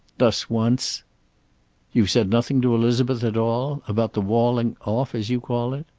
thus, once you've said nothing to elizabeth at all? about the walling off, as you call it?